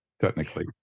technically